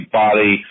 body